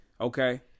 Okay